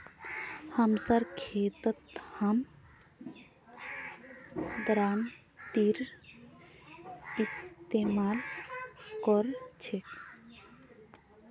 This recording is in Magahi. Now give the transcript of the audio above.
हमसार खेतत हम दरांतीर इस्तेमाल कर छेक